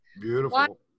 Beautiful